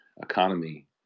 economy